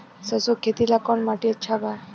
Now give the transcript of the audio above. सरसों के खेती ला कवन माटी अच्छा बा?